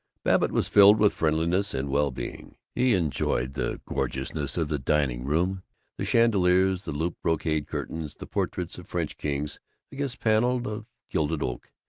babbitt was filled with friendliness and well-being. he enjoyed the gorgeousness of the dining-room the chandeliers, the looped brocade curtains, the portraits of french kings against panels of gilded oak.